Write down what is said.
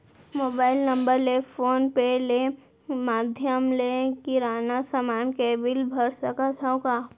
Mobile number ले phone पे ले माधयम ले किराना समान के बिल भर सकथव का?